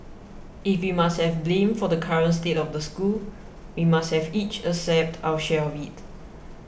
if we must have blame for the current state of the school we must have each accept our share of it